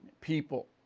people